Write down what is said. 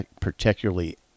particularly